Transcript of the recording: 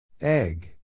Egg